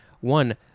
One